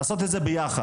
לעשות את זה ביחד.